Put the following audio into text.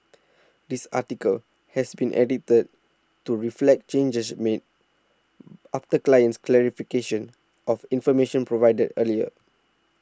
this article has been edited to reflect changes made after client's clarification of information provided earlier